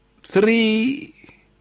three